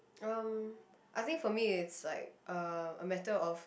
uh I think for me is like uh a matter of